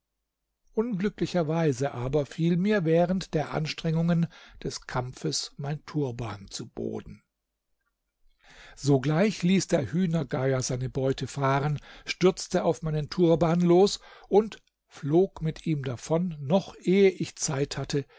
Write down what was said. unglücklicherweise aber fiel mir während der anstrengungen des kampfes mein turban zu boden sogleich ließ der hühnergeier seine beute fahren stürzte auf meinen turban los und flog mit ihm davon noch ehe ich zeit hatte